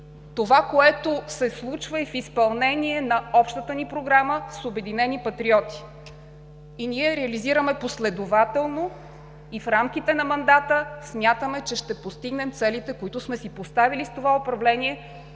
Това, което се случва, е в изпълнение на общата ни програма с „Обединени патриоти“. Ние я реализираме последователно и в рамките на мандата смятаме, че ще постигнем целите, които сме си поставили с това управление,